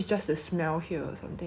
like to our accommodation to eat